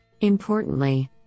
Importantly